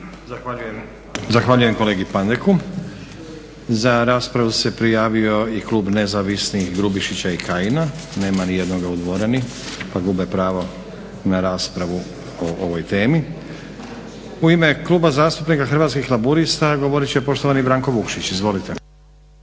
Zahvaljujem kolegi Pandeku. Za raspravu se prijavio i Klub nezavisnih Grubišića i Kajina, nema nijednog u dvorani pa gube pravo na raspravu o ovoj temi. U ime Kluba zastupnika Hrvatskih laburista govorit će poštovani Branko Vukšić. Izvolite.